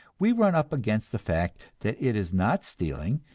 we run up against the fact that it is not stealing,